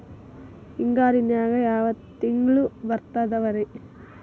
ಹಿಂಗಾರಿನ್ಯಾಗ ಯಾವ ತಿಂಗ್ಳು ಬರ್ತಾವ ರಿ?